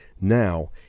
Now